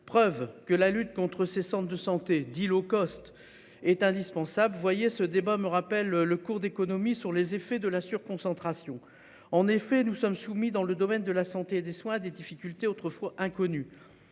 Preuve que la lutte contre ces centres de santé dit low cost est indispensable. Voyez ce débat me rappelle le cours d'économie sur les effets de la surconcentration en effet nous sommes soumis dans le domaine de la santé des soins des difficultés autrefois inconnus